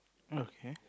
okay